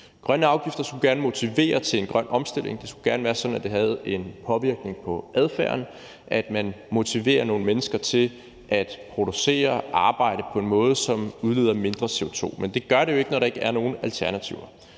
Grønne afgifter skulle gerne motivere til en grøn omstilling. Det skulle gerne være sådan, at det havde en påvirkning på adfærden, at man motiverer nogle mennesker til at producere og arbejde på en måde, som udleder mindre CO2, men det gør det jo ikke, når der ikke er nogen alternativer.